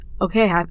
okay